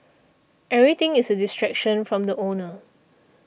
everything is a distraction from the owner